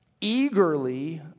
eagerly